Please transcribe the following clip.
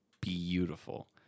beautiful